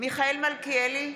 מיכאל מלכיאלי,